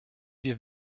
wir